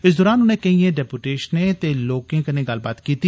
इस दरान उनें केइएं डेलीगेशनें ते लोकें कन्नै गल्लबात कीती